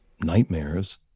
nightmares